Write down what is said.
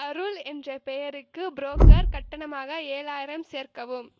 அருள் என்ற பெயருக்கு புரோக்கர் கட்டணமாக ஏழாயிரம் சேர்க்கவும்